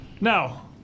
Now